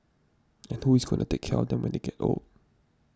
and who is going to take care of them when they get old